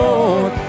Lord